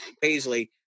Paisley